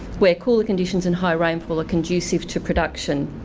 where cooler conditions and high rainfall are conducive to production.